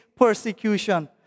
persecution